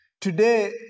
Today